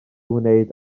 wneud